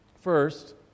first